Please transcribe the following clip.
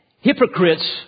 Hypocrites